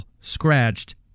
scratched